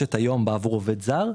שנדרשת היום בעבור עובד זר?